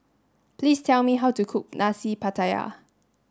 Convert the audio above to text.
please tell me how to cook Nasi Pattaya